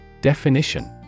Definition